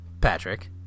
Patrick